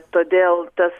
todėl tas